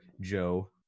Joe